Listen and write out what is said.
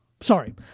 sorry